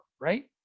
right